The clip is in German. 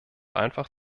einfach